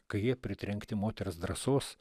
kai jie pritrenkti moters drąsos